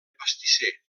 pastisser